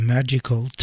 Magical